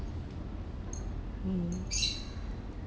mm